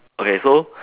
okay so